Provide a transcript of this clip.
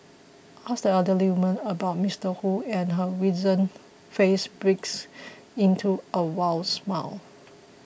ask the elderly woman about Ms Wu and her wizened face breaks into a smile